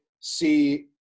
see